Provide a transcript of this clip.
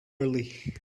early